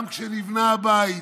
גם כשנבנה הבית.